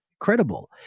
Incredible